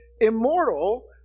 immortal